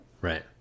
Right